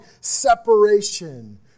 separation